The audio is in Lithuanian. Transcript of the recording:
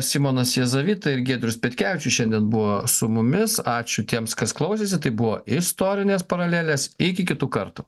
simonas jazavita ir giedrius petkevičius šiandien buvo su mumis ačiū tiems kas klausėsi tai buvo istorinės paralelės iki kitų kartų